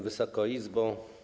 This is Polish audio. Wysoka Izbo!